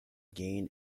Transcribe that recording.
gain